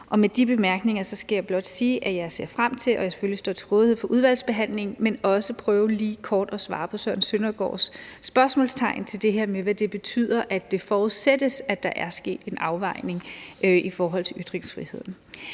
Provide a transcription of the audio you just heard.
Med de bemærkninger skal jeg blot sige, at jeg ser frem til at stå til rådighed – det gør jeg selvfølgelig – for udvalgsbehandlingen. Men jeg vil også prøve lige kort at svare på Søren Søndergaards spørgsmål om det her med, hvad det betyder, at det forudsættes, at der er sket en afvejning i forhold til ytringsfriheden.